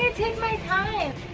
my time